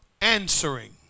answering